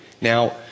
Now